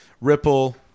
ripple